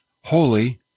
holy